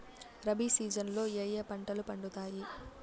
rabi season లో ఏ ఏ పంటలు పండుతాయి